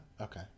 Okay